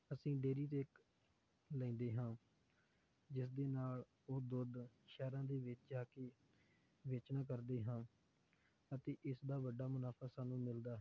ਅਸੀਂ ਡੇਅਰੀ ਦੇਖ ਲੈਂਦੇ ਹਾਂ ਜਿਸ ਦੇ ਨਾਲ ਉਹ ਦੁੱਧ ਸ਼ਹਿਰਾਂ ਦੇ ਵਿੱਚ ਜਾ ਕੇ ਵੇਚਣਾ ਕਰਦੇ ਹਾਂ ਅਤੇ ਇਸ ਦਾ ਵੱਡਾ ਮੁਨਾਫਾ ਸਾਨੂੰ ਮਿਲਦਾ ਹੈ